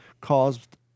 caused